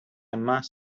must